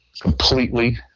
Completely